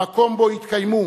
במקום שבו התקיימו